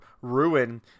ruin